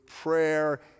prayer